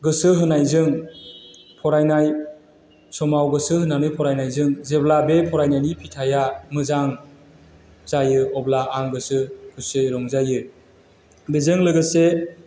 गोसो होनायजों फरायनाय समाव गोसो होनानै फरायनायजों जेब्ला बे फरायनायनि फिथाइआ मोजां जायो अब्ला आं गोसो खुसियै रंजायो बेजों लोगोसे